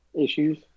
issues